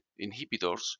inhibitors